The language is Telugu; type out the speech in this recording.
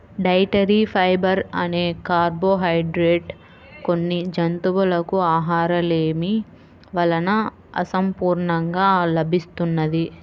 డైటరీ ఫైబర్ అనే కార్బోహైడ్రేట్ కొన్ని జంతువులకు ఆహారలేమి వలన అసంపూర్ణంగా లభిస్తున్నది